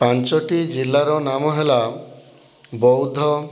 ପାଞ୍ଚୋଟି ଜିଲ୍ଲାର ନାମ ହେଲା ବୌଦ୍ଧ